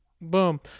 boom